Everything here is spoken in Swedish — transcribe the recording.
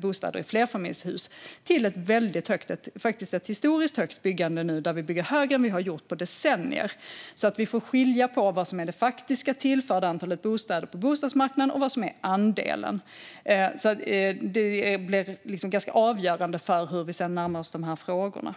bostäder i flerfamiljshus till ett faktiskt historiskt högt byggande nu, högre än på decennier. Vi får alltså skilja på vad som är det faktiska tillförda antalet bostäder på bostadsmarknaden och vad som är andelen. Det blir ju ganska avgörande för hur vi sedan närmar oss de här frågorna.